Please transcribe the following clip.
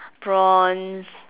prawns